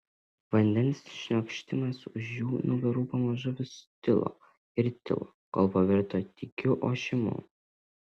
vandens šniokštimas už jų nugarų pamažu vis tilo ir tilo kol pavirto tykiu ošimu